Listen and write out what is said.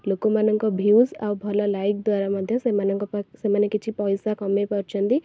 ଲୋକମାନଙ୍କ ଭ୍ୟୁଜ୍ ଆଉ ଭଲ ଲାଇକ୍ ଦ୍ୱାରା ମଧ୍ୟ ସେମାନଙ୍କ ପା ସେମାନେ କିଛି ପଇସା କମେଇ ପାରୁଛନ୍ତି